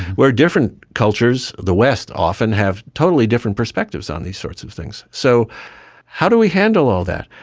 where different cultures, the west often, have totally different perspectives on these sorts of things. so how do we handle all that?